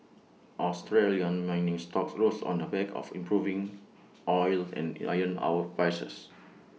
Australian mining stocks rose on the back of improving oil and iron our prices